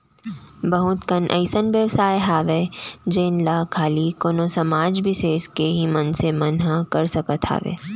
बहुत कन अइसन बेवसाय हावय जेन ला खाली कोनो समाज बिसेस के ही मनसे मन ह कर सकत हावय